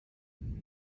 may